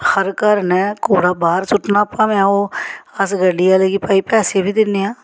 हर घर ने कूड़ा बाह्र सुट्टना भामें ओह् अस गड्डी आह्ले गी भाई पैसे बी दिन्ने आं